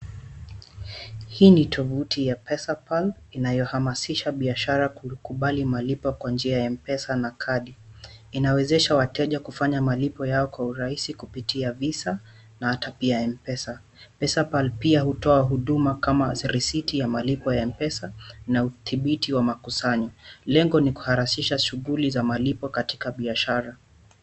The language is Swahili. Hii ni tovuti ya PesaPal inayohamasisha biashara kukubali malipo kwa njia ya M-pesa na kadi. Inawezesha wateja kufanya malipo yao kwa urahisi kupitia Visa na hata pia M-pesa. PesaPal pia hutoa huduma kama risiti ya malipo ya M-pesa na udhibiti wa makusanyo. Lengo ni kuharasisha shughuli za malipo katika biashara.